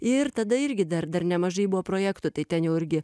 ir tada irgi dar dar nemažai buvo projektų tai ten jau irgi